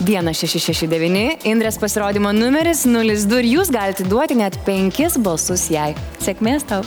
vienas šeši šeši devyni indrės pasirodymo numeris nulis du ir jūs galit duoti net penkis balsus jai sėkmės tau